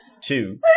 two